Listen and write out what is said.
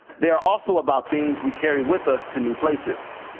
they are also about things we carry with us to new places.